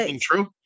True